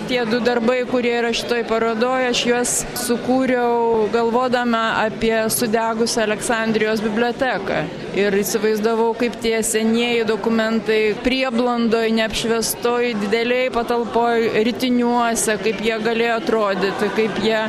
tie du darbai kurie yra šitoj parodoj aš juos sukūriau galvodama apie sudegusią aleksandrijos biblioteką ir įsivaizdavau kaip tie senieji dokumentai prieblandoj neapšviestoj didelėj patalpoj ritiniuose kaip jie galėjo atrodyti kaip jie